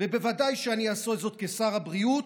ובוודאי שאני אעשה זאת כשר הבריאות,